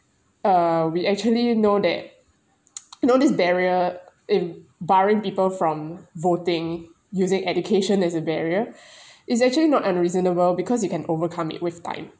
uh we actually know that you know this barrier in barring people from voting using education as a barrier is actually not unreasonable because you can overcome it with time